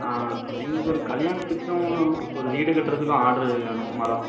ஆ எங்களுக்கு ஒரு கல்யாணத்துக்கும் ஒரு வீடு கட்டுவதுக்கும் ஆட்ரு வேணும் மரம்